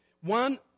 One